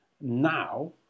now